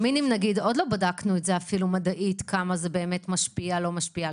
קמינים נגיד עוד לא בדקנו מדעית כמה זה משפיע או לא משפיע.